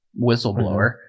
whistleblower